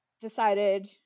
decided